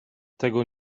tego